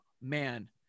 man